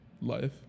life